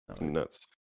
Nuts